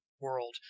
world